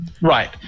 Right